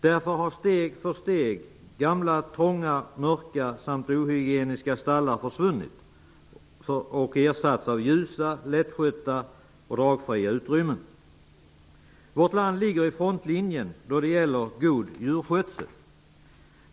Därför har gamla, trånga, mörka och ohygieniska stall steg för steg försvunnit och ersatts av ljusa, lättskötta och dragfria utrymmen. Vårt land ligger i frontlinjen då det gäller god djurskötsel.